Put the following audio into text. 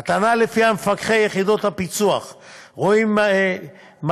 הטענה כי מפקחי יחידת הפיצו"ח רואים מעשי